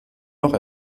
noch